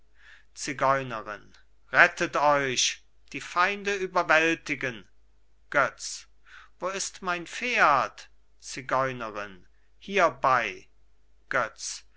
zigeunerin rettet euch die feinde überwältigen götz wo ist mein pferd zigeunerin hierbei götz